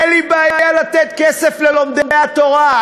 אין לי בעיה לתת כסף ללומדי התורה,